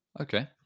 okay